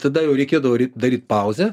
tada jau reikėdavo ryt daryt pauzę